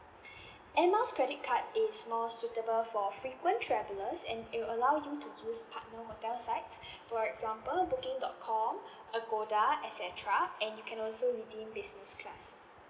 air miles credit card is more suitable for frequent travellers and it'll allow you to use partner hotel site for example booking dot com agoda et cetera and you can also redeem business class